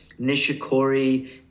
Nishikori